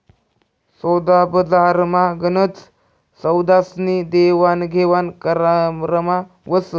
सोदाबजारमा गनच सौदास्नी देवाणघेवाण करारमा व्हस